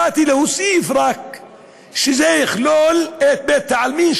באתי רק להוסיף שזה יכלול בית-עלמין,